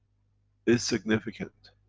it's significant.